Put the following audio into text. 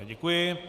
Děkuji.